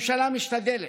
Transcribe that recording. הממשלה משתדלת,